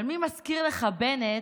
אבל מי מזכיר לך, בנט,